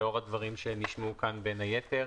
בין היתר